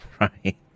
Right